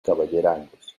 caballerangos